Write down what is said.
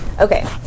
Okay